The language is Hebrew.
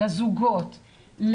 לזוגות,